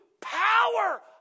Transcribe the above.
power